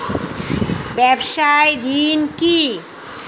ব্যবসায় ঋণ কি?